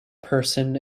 person